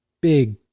big